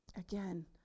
again